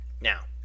now